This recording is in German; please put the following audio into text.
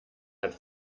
hat